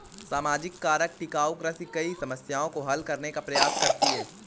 सामाजिक कारक टिकाऊ कृषि कई समस्याओं को हल करने का प्रयास करती है